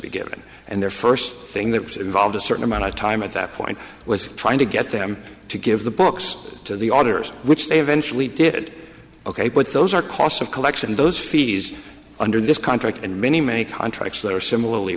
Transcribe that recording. be given and their first thing that was involved a certain amount of time at that point was trying to get them to give the books to the auditors which they eventually did ok but those are costs of collection those fees under this contract and many many contracts that are similarly